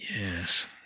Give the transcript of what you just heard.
yes